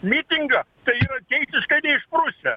mitingą tai yra teisiškai neišprusę